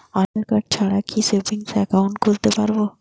আধারকার্ড ছাড়া কি savings account খুলতে পারব?